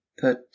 put